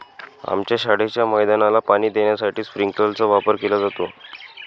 आमच्या शाळेच्या मैदानाला पाणी देण्यासाठी स्प्रिंकलर चा वापर केला जातो